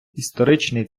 історичний